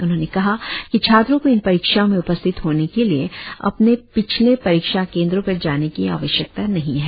उन्होंने कहा कि छात्रों को इन परीक्षाओं में उपस्थित होने के लिए अपने पिछले परीक्षा केंद्रों पर जाने की आवश्यकता नहीं है